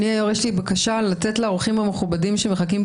הרבה לפנים משורת הדין כי כשהקראתי את